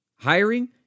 Hiring